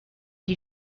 die